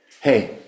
hey